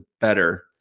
better